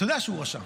אתה יודע שהוא רשע,